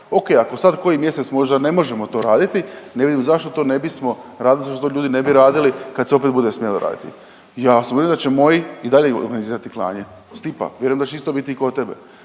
Oke, ako sad koji mjesec možda ne možemo to raditi, ne vidim zašto to ne bismo, .../Govornik se ne razumije./... ljudi ne bi radili kad se opet bude smjelo raditi. Ja sam uvjeren da će moji i dalje organizirati klanje. Stipa, vjerujem da će isto biti i kod tebe,